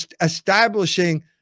establishing